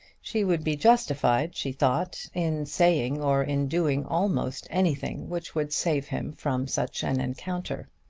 she would be justified, she thought, in saying or in doing almost anything which would save him from such an encounter.